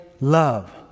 love